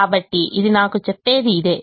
కాబట్టి ఇది నాకు చెప్పేది ఇదే